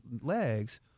legs